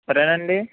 సరేనాండి